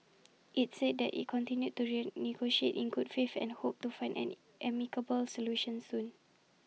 IT said IT continued to rain negotiate in good faith and hoped to find an amicable solution soon